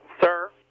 Sir